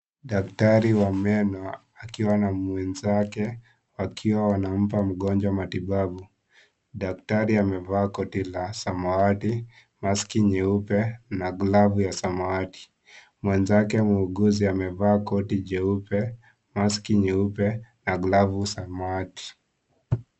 Daktari wa meno akiwa na mwenzake akiwa wanampa mgonjwa matibabu. Daktari amevaa koti la samawati, maski nyeupe na glavu ya samawati. Mwenzake muuguzi amevaa koti jeupe, maski nyeupe na glavu samawati.